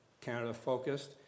Canada-focused